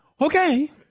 Okay